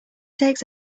takes